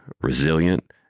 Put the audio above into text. resilient